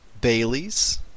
Bailey's